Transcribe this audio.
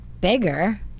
bigger